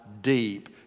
deep